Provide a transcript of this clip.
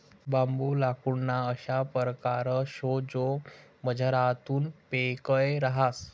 बांबू लाकूडना अशा परकार शे जो मझारथून पोकय रहास